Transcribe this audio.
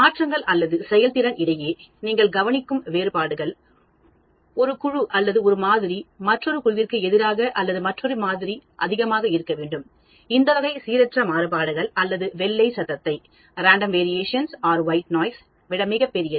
மாற்றங்கள் அல்லது செயல்திறன் இடையே நீங்கள் கவனிக்கும் வேறுபாடுகள்ஒரு குழு அல்லது ஒரு மாதிரி மற்றொரு குழுவிற்கு எதிராக அல்லது மற்றொரு மாதிரி அதிகமாக இருக்க வேண்டும்இந்த வகை சீரற்ற மாறுபாடு அல்லது வெள்ளை சத்தத்தை விட மிகப் பெரியது